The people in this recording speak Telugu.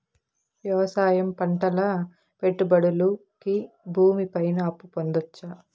వ్యవసాయం పంటల పెట్టుబడులు కి భూమి పైన అప్పు పొందొచ్చా?